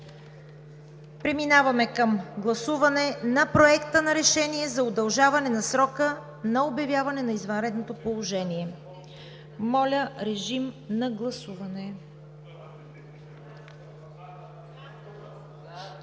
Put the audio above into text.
Преминаваме към гласуване на Проекта на решение за удължаване на срока на обявеното извънредното положение. Моля, режим на гласуване.